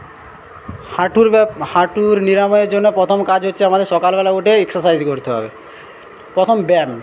হাঁটুর ব্যা হাঁটুর নিরাময়ের জন্য প্রথম কাজ হচ্ছে আমাদের সকালবেলা উঠে এক্সারসাইজ করতে হবে প্রথম ব্যায়াম